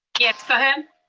yes, go ahead.